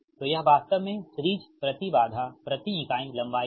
तो यह वास्तव में सीरिज़ प्रति बाधा प्रति इकाई लंबाई है